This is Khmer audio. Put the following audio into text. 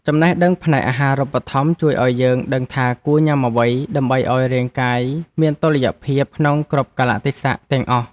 ចំណេះដឹងផ្នែកអាហារូបត្ថម្ភជួយឱ្យយើងដឹងថាគួរញ៉ាំអ្វីដើម្បីឱ្យរាងកាយមានតុល្យភាពក្នុងគ្រប់កាលៈទេសៈទាំងអស់។